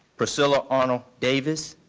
pricilla arnold davis,